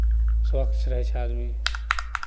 स्वच्छ रहै छै आदमी